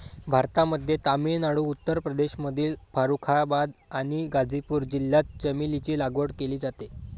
भारतामध्ये तामिळनाडू, उत्तर प्रदेशमधील फारुखाबाद आणि गाझीपूर जिल्ह्यात चमेलीची लागवड केली जाते